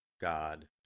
God